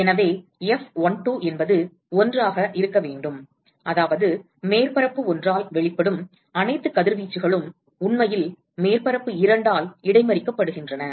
எனவே F12 என்பது 1 ஆக இருக்க வேண்டும் அதாவது மேற்பரப்பு ஒன்றால் வெளிப்படும் அனைத்து கதிர்வீச்சுகளும் உண்மையில் மேற்பரப்பு இரண்டால் இடைமறிக்கப்படுகின்றன